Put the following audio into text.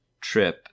trip